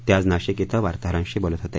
ते आज नाशिक श्री वार्ताहरांशी बोलत होते